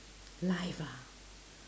life ah